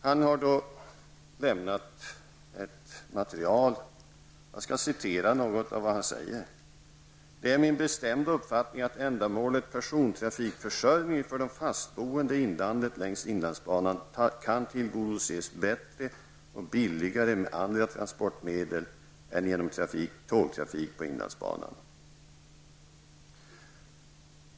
Jag skall citera ur det material som han har lämnat: ''Det är min bestämda uppfattning att ändamålet persontrafikförsörjning för de fastboende i inlandet längs IB kan tillgodoses bättre och billigare med andra transportmedel än genom tågtrafiken på IB.''